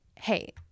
hey